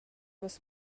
was